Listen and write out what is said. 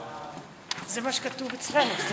זה מה שכתוב אצלנו.